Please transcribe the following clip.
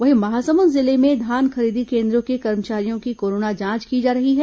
वहीं महासमुंद जिले में धान खरीदी केन्द्रों के कर्मचारियों की कोरोना जांच की जा रही है